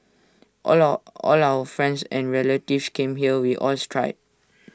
all all our friends and relatives came here we all tried